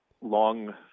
long